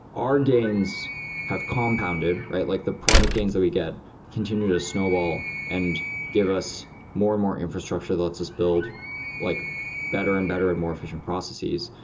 our gains have compounded, right? like the product gains that we get continue to snowball and give us more and more infrastructure that lets us build like better and better and more efficient processes.